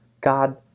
god